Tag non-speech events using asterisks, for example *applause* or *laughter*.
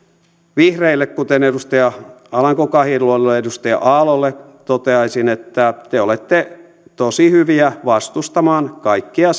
vihreille kuten edustaja alanko kahiluodolle ja edustaja aallolle toteaisin että te olette tosi hyviä vastustamaan kaikkia *unintelligible*